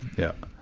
yeah.